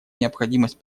необходимость